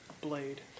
blade